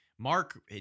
Mark